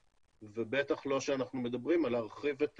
ובטח לא כשאנחנו מדברים על להרחיב את